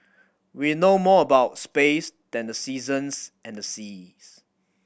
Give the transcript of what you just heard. we know more about space than the seasons and the seas